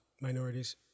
minorities